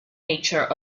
nature